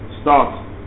start